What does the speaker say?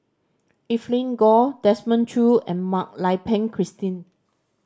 Evelyn Goh Desmond Choo and Mak Lai Peng Christine